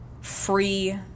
Free